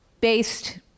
based